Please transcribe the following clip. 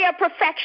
perfection